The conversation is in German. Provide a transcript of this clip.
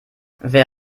wer